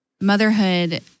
motherhood